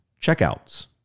checkouts